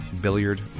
Billiard